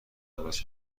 عوض